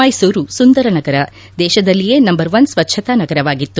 ಮೈಸೂರು ಸುಂದರ ನಗರ ದೇಶದಲ್ಲಿಯೇ ನಂಬರ್ ಒನ್ ಸ್ವಚ್ದತಾ ನಗರವಾಗಿತ್ತು